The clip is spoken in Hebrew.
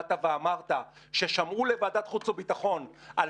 באת ואמרת ששמעו לוועדת החוץ והביטחון על